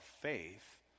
faith